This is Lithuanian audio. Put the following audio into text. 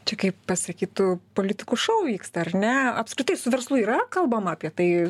čia kaip pasakytų politikų šou vyksta ar ne apskritai su verslu yra kalbama apie tai